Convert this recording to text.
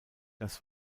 das